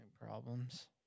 problems